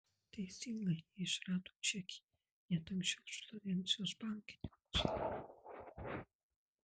teisingai jie išrado čekį net anksčiau už florencijos bankininkus